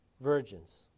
virgins